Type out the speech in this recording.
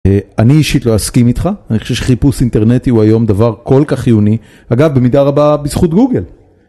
אני אישית לא אסכים איתך, אני חושב שחיפוש אינטרנטי הוא היום דבר כל כך חיוני, אגב במידה רבה בזכות גוגל.